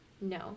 no